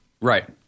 Right